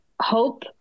hope